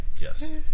Yes